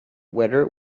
whether